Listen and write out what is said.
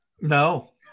No